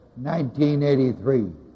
1983